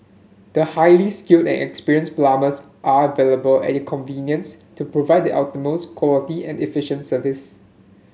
the highly skilled and experienced plumbers are available at your convenience to provide the utmost quality and efficient service